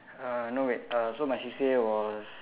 uh no wait uh so my C_C_A was